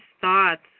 thoughts